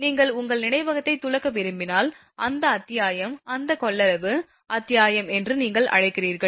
நீங்கள் உங்கள் நினைவகத்தை துலக்க விரும்பினால் அந்த அத்தியாயம் அந்த கொள்ளளவு அத்தியாயம் என்று நீங்கள் அழைக்கிறீர்கள்